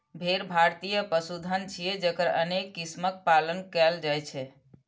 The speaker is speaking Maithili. भेड़ भारतीय पशुधन छियै, जकर अनेक किस्मक पालन कैल जाइ छै